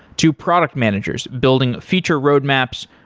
to product managers building feature roadmaps,